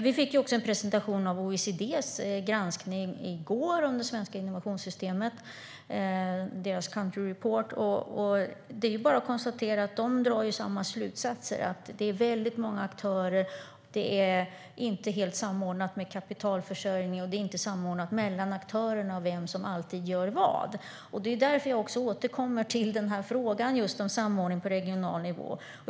Vi fick i går en presentation av OECD:s granskning av det svenska innovationssystemet, deras Country Report. Det är bara att konstatera att de drar samma slutsatser: att det är väldigt många aktörer, att kapitalförsörjningen inte är helt samordnad och att det inte alltid är en samordning mellan aktörerna av vem som gör vad. Det är därför jag återkommer till frågan om just samordning på regional nivå.